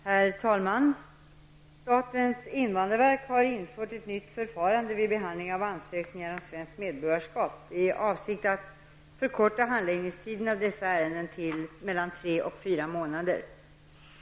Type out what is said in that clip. Herr talman! Statens invandrarverk har infört ett nytt förfarande vid behandling av ansökningar om svenskt medborgarskap i avsikt att förkorta handläggningstiden av dessa ärenden till mellan tre och fyra månader.